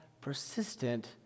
persistent